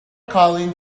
calling